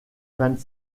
vingt